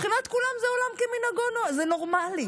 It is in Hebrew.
מבחינת כולם, עולם כמנהגו נוהג, זה נורמלי,